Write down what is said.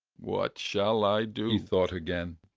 what shall i do, he thought again,